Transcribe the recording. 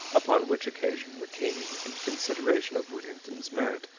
upon which occasion the king, in consideration of whittington's merit,